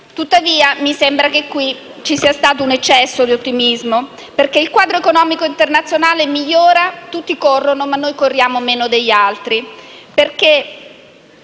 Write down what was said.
Tuttavia, mi sembra che qui ci sia stato un eccesso di ottimismo perché, sì, il quadro economico internazionale migliora, tutti corrono ma noi corriamo meno degli altri. È